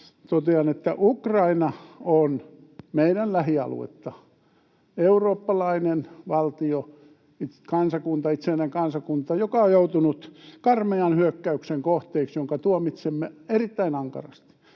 Totean, että Ukraina on meidän lähialuettamme, eurooppalainen valtio, itsenäinen kansakunta, joka on joutunut karmean hyökkäyksen kohteeksi, jonka tuomitsemme erittäin ankarasti.